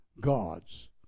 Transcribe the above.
gods